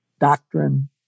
doctrine